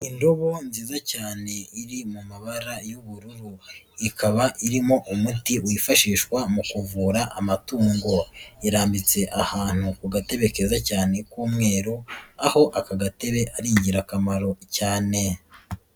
Indobo nziza cyane iri mu mabara y'ubururu, ikaba irimo umuti wifashishwa mu kuvura amatungo, irambitse ahantu ku gatebe keza cyane k'umweru, aho aka gatebe ari ingirakamaro cyane.